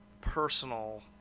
personal